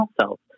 cells